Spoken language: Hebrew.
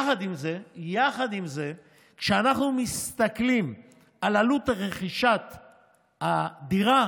יחד עם זה, כשאנחנו מסתכלים על עלות רכישת הדירה,